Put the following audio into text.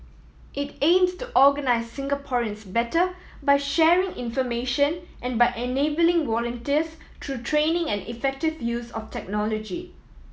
it aims to organise Singaporeans better by sharing information and by enabling volunteers through training and effective use of technology